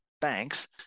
banks